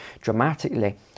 dramatically